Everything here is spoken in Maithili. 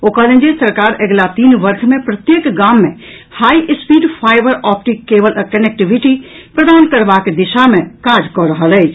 ओ कहलनि जे सरकार अगिला तीन वर्ष मे प्रत्येक गाम मे high speed fibre optic cable connectivity प्रदान करबाक दिशा मे काज कऽ रहल अछि